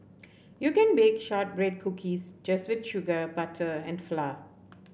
you can bake shortbread cookies just with sugar butter and flour